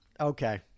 Okay